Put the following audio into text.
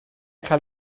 cael